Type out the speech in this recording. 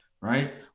right